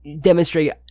demonstrate